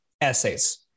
essays